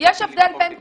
יש הבדל בין תושת,